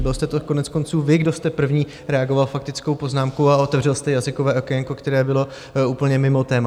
Byl jste to koneckonců vy, kdo jste první reagoval faktickou poznámku a otevřel jste jazykové okénko, které bylo úplně mimo téma.